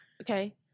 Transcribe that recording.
Okay